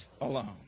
alone